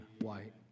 white